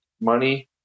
money